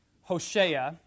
Hoshea